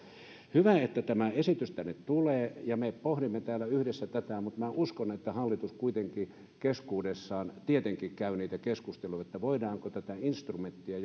hyvä että tämä esitys tänne tulee ja me pohdimme täällä yhdessä tätä mutta minä uskon että hallitus kuitenkin keskuudessaan tietenkin käy niitä keskusteluja siitä voidaanko tätä instrumenttia